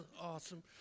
awesome